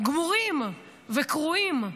גמורים וקרועים.